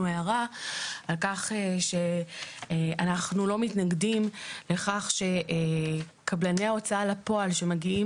הערה על כך שאנחנו לא מתנגדים לכך שקבלני ההוצאה לפועל שמגיעים